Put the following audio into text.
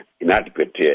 inadequate